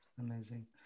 Amazing